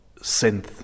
synth